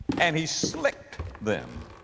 and he slicked them.